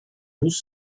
muss